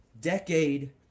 decade